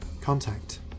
...contact